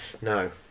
No